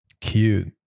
Cute